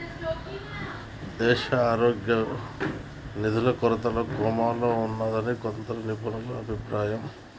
దేశారోగ్యం నిధుల కొరతతో కోమాలో ఉన్నాదని కొందరు నిపుణుల అభిప్రాయం